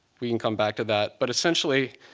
we can come back to that. but essentially,